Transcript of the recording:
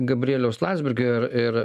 gabrieliaus landsbergio ir ir